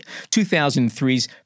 2003's